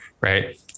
right